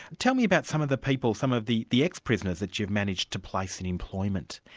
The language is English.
tell me about some of the people, some of the the ex-prisoners that you've managed to place in employment.